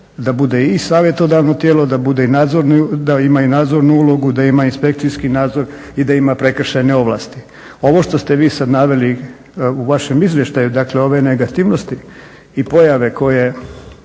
da bude i savjetodavno tijelo da ima i nadzornu ulogu, da ima inspekcijski nadzor i da ima prekršajne ovlasti. Ovo što ste vi sad naveli u vašem izvještaju, dakle ove negativnosti i pojave koje